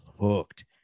hooked